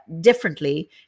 differently